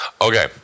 Okay